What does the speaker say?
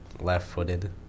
left-footed